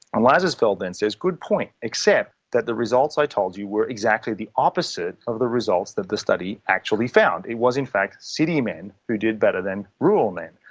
um lazarsfeld then says, good point, except that the results i told you were exactly the opposite of the results that the study actually found, it was in fact city men who did better than rural men.